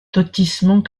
lotissement